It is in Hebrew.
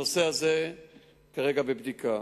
הנושא הזה כרגע בבדיקה.